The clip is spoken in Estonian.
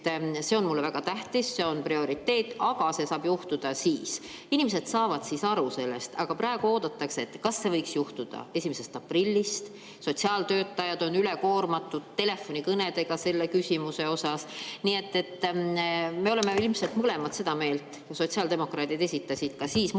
see on mulle väga tähtis, see on prioriteet, aga see saab juhtuda siis. Inimesed saavad siis aru sellest. Aga praegu oodatakse, kas see võiks juhtuda 1. aprillist. Sotsiaaltöötajad on üle koormatud telefonikõnedega selles küsimuses. Me oleme mõlemad ilmselt seda meelt, sotsiaaldemokraadid esitasid ka siis